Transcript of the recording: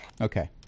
Okay